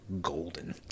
golden